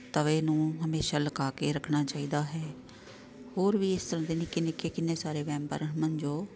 ਤਵੇ ਨੂੰ ਹਮੇਸ਼ਾ ਲੁਕਾ ਕੇ ਰੱਖਣਾ ਚਾਹੀਦਾ ਹੈ ਹੋਰ ਵੀ ਇਸ ਤਰ੍ਹਾਂ ਦੇ ਨਿੱਕੇ ਨਿੱਕੇ ਕਿੰਨੇ ਸਾਰੇ ਵਹਿਮ ਭਰਮ ਹਨ ਜੋ